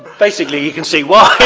basically you can say why.